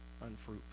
unfruitful